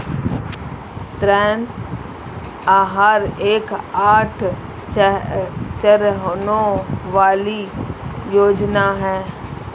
ऋण आहार एक आठ चरणों वाली योजना है